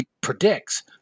predicts